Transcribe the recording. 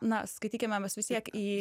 na skaitykime mes vis tiek į